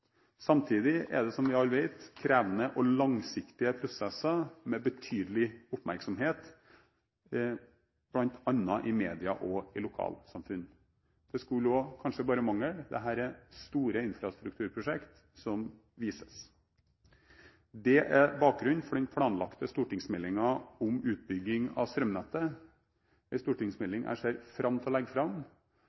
Samtidig er det, som vi alle vet, krevende og langsiktige prosesser med betydelig oppmerksomhet, bl.a. i media og i lokalsamfunn. Det skulle også kanskje bare mangle – dette er store infrastrukturprosjekter som vises. Det er bakgrunnen for den planlagte stortingsmeldingen om utbygging av strømnettet. Det er en stortingsmelding jeg ser fram til å legge fram,